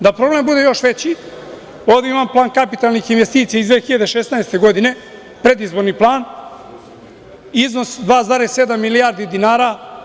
Da problem bude još veći ovde imam plan kapitalnih investicija iz 2016. godine, predizborni plan, iznos 2,7 milijardi dinara.